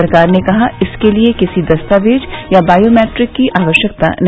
सरकार ने कहा इसके लिए किसी दस्तावेज या बायोमीट्रिक की आवश्यकता नहीं